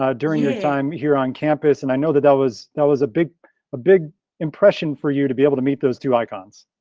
um during your time here on campus and i know that, that was that was a big big impression for you to be able to meet those two icons.